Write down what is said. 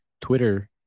Twitter